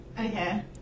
okay